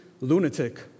lunatic